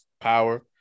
Power